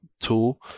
tool